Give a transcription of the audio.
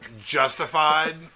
justified